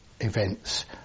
events